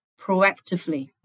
proactively